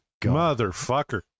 Motherfucker